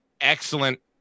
excellent